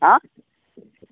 ஆ